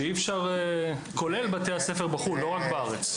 וזה כולל את בתי הספר בחו"ל, לא רק בארץ.